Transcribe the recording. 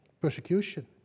persecution